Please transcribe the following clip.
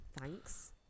thanks